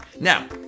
Now